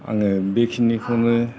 आङो बे खिनिखौनो